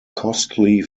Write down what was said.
costly